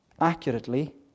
accurately